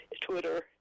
Twitter